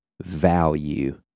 value